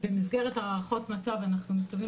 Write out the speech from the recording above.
שבמסגרת הערכות מצב אנחנו מתכוונים